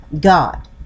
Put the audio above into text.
God